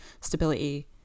stability